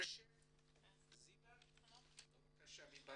זיוה רשף, בבקשה.